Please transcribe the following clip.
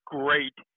great